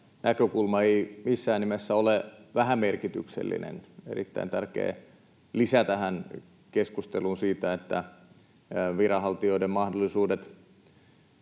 näkökulma ei missään nimessä ole vähämerkityksellinen — erittäin tärkeä lisä tähän keskusteluun siitä, että viranhaltijoiden mahdollisuudet